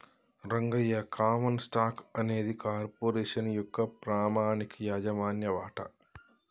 Rangayya common stock అనేది corporation యొక్క పామనిక యాజమాన్య వాట